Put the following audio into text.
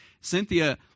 Cynthia